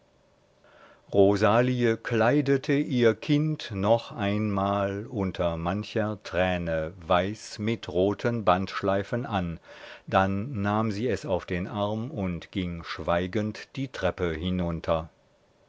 rosalie kleidete ihr kind noch einmal unter mancher träne weiß mit roten bandschleifen an dann nahm sie es auf den arm und ging schweigend die treppe hinunter